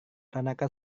tanaka